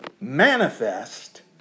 manifest